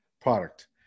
product